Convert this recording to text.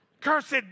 Cursed